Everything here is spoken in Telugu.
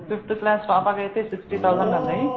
ఫిఫ్త్ క్లాస్ పాపకైతే సిక్స్టీ తౌజండ్లో ఉన్నాయి